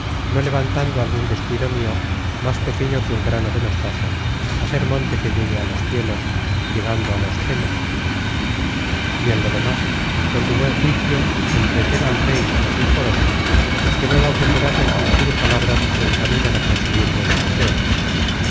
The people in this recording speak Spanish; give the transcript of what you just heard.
no levantando algun descuido mio más pequeño que un grano de mostaza á ser monte que llegue á los cielos llegando a los celos y en lo demas con tu buen juicio entreten al rey y á sinforosa que no la ofenderás en fingir palabras que se encaminan á conseguir buenos deseos